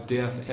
death